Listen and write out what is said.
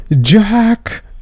Jack